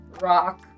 rock